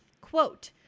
Quote